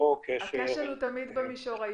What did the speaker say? הכשל הוא תמיד במישור האישי.